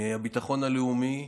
הביטחון הלאומי,